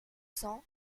cents